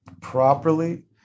properly